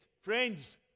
Friends